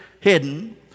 hidden